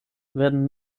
werden